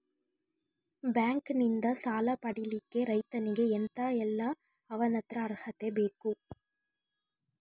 Bank ನಿಂದ ಸಾಲ ಪಡಿಲಿಕ್ಕೆ ರೈತನಿಗೆ ಎಂತ ಎಲ್ಲಾ ಅವನತ್ರ ಅರ್ಹತೆ ಬೇಕು?